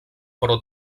però